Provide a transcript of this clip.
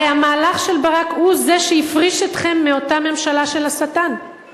הרי המהלך של ברק הוא זה שהפריש אתכם מאותה ממשלה של השטן,